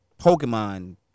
Pokemon